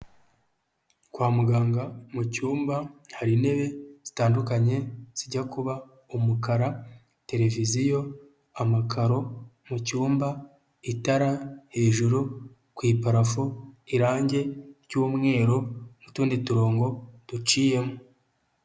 Kwa muganga mu cyumba hari intebe zitandukanye zijya kuba umukara, televiziyo, amakaro mu cyumba, itara hejuru ku iparafu, irangi ry'umweru n'utundi turongo duciyemo.